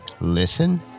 listen